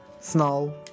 Snow